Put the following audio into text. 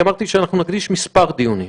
אמרתי שנקדיש כמה דיונים,